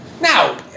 Now